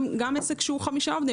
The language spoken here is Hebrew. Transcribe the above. גם עסק של חמישה עובדים,